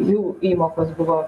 jų įmokos buvo